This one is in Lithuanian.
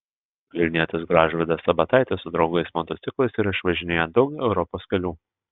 vilnietis gražvydas sabataitis su draugais motociklais yra išvažinėję daug europos kelių